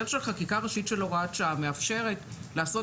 דרך של חקיקה ראשית של הוראת שעה מאפשרת לעשות